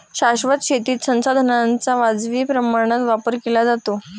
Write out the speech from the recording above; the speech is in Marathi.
शाश्वत शेतीत संसाधनांचा वाजवी प्रमाणात वापर केला जातो